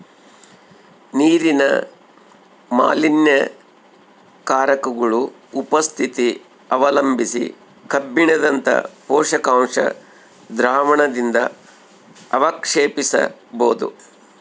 ನೀರಿನ ಮಾಲಿನ್ಯಕಾರಕಗುಳ ಉಪಸ್ಥಿತಿ ಅವಲಂಬಿಸಿ ಕಬ್ಬಿಣದಂತ ಪೋಷಕಾಂಶ ದ್ರಾವಣದಿಂದಅವಕ್ಷೇಪಿಸಬೋದು